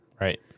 Right